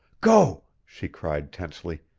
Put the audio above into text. go! she cried tensely.